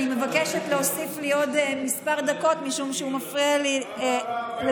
אני מבקשת להוסיף לי עוד מספר דקות משום שהוא מפריע לי לדבר.